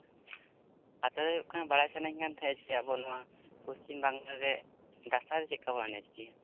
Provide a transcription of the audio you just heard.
ᱠᱟᱛᱷᱟ ᱫᱚ ᱦᱩᱭᱩᱜ ᱠᱟᱱᱟ ᱵᱟᱲᱟᱭ ᱥᱟᱱᱟᱧ ᱠᱟᱱ ᱛᱟᱦᱮᱸᱫ ᱡᱮ ᱟᱵᱚ ᱱᱚᱣᱟ ᱯᱚᱥᱪᱤᱢ ᱵᱟᱝᱞᱟ ᱨᱮ ᱫᱟᱸᱥᱟᱭ ᱫᱚ ᱪᱮᱫ ᱞᱮᱠᱟ ᱵᱚᱱ ᱮᱱᱮᱡᱽ ᱜᱮᱭᱟ